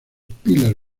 pilas